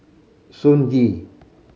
Sun Yee